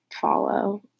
follow